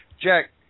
Jack